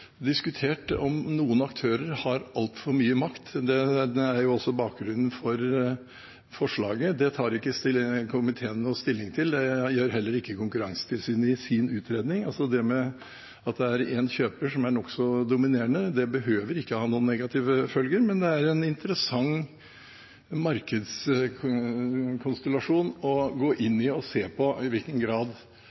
også bakgrunnen for forslaget. Det tar ikke komiteen stilling til, det gjør heller ikke Konkurransetilsynet i sin utredning. Det at det er én kjøper som er nokså dominerende, behøver ikke å ha negative følger, men det er en interessant markedskonstellasjon å gå inn i og se på hvordan det faktisk slår ut. Det er noen særmerknader fra noen partier, men jeg mener det er stor enighet i